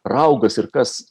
raugas ir kas